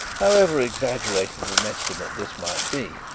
however exaggerated an estimate this might be,